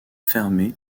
fermée